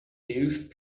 used